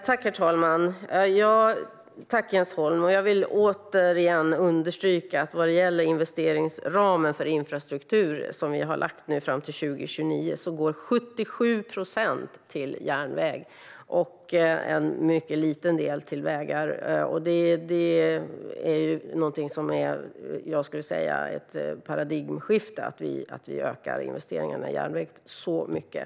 Herr talman! Tack Jens Holm! Jag vill återigen understryka att av investeringsramen för infrastruktur som vi har lagt fram till 2029 går 77 procent till järnväg och en mycket liten del till vägar. Det är ett paradigmskifte att vi ökar investeringarna i järnväg så mycket.